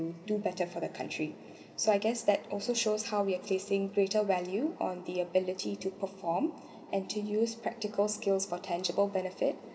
do better for the country so I guess that also shows how we are placing greater value on the ability to perform and to use practical skills for tangible benefit